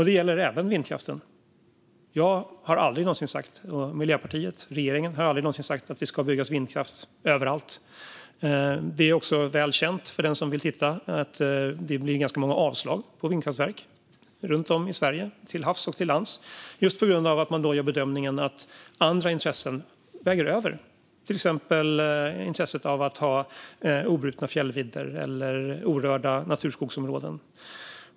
Det gäller även vindkraften. Jag, Miljöpartiet eller regeringen har aldrig någonsin sagt att det ska byggas vindkraft överallt. Det är också välkänt att det blir ganska många avslag på projekterade vindkraftverk runt om i Sverige till havs och till lands just för att man gör bedömningen att andra intressen väger över, till exempel obrutna fjällvidder eller orörda naturskogsområden.